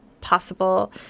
possible